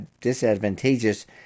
disadvantageous